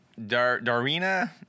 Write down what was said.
Darina